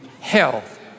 Health